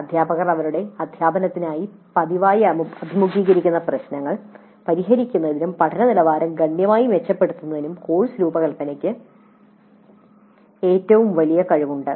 അദ്ധ്യാപകർ അവരുടെ അദ്ധ്യാപനത്തിൽ പതിവായി അഭിമുഖീകരിക്കുന്ന പ്രശ്നങ്ങൾ പരിഹരിക്കുന്നതിനും പഠന നിലവാരം ഗണ്യമായി മെച്ചപ്പെടുത്തുന്നതിനും കോഴ്സ് രൂപകൽപ്പനയ്ക്ക് ഏറ്റവും വലിയ കഴിവുണ്ട്